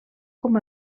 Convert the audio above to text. com